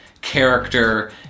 character